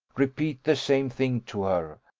repeat the same thing to her,